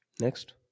Next